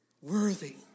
Worthy